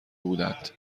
بودند